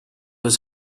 his